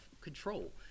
control